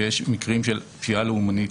כשיש מקרים של פשיעה לאומנית,